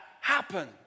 happen